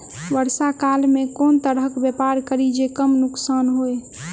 वर्षा काल मे केँ तरहक व्यापार करि जे कम नुकसान होइ?